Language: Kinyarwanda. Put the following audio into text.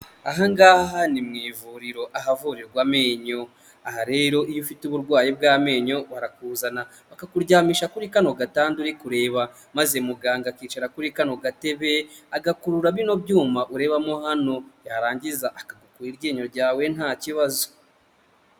Ahangaha ni mu ivuriro ahavurirwa amenyo, aha rero iyo ufite uburwayi bw'amenyo barakuzana bakakuryamisha kuri kano gatanda uri kureba maze muganga akicara kuri kano gatebe agakurura bino byuma urebamo hano yarangiza akagukura iryinyo ryawe nta kibazo.